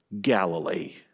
Galilee